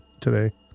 today